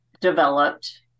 developed